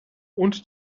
und